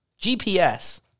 GPS